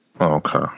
Okay